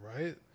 Right